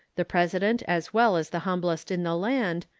the president as well as the humblest in the land,